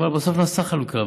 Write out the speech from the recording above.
אבל בסוף נעשתה חלוקה,